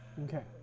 Okay